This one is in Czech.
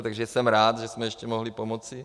Takže jsem rád, že jsme ještě mohli pomoci.